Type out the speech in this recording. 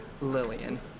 Lillian